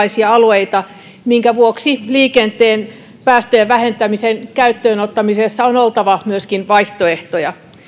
erilaisia alueita minkä vuoksi liikenteen päästöjen vähentämisen käyttöönottamisessa on oltava myöskin vaihtoehtoja